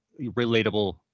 relatable